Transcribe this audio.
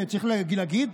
וצריך להגיד,